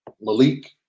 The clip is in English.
Malik